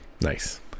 nice